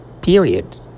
period